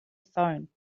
phone